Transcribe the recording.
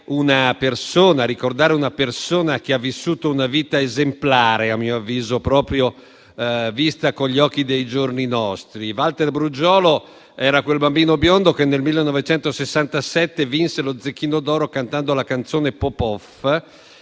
e ricordare una persona che ha vissuto una vita esemplare, vista con gli occhi dei giorni nostri. Valter Brugiolo era quel bambino biondo che nel 1967 vinse lo Zecchino d'Oro cantando la canzone «Popoff»